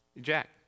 Jack